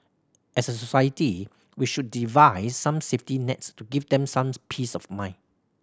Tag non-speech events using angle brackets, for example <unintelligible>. as a society we should devise some safety nets to give them some <unintelligible> peace of mind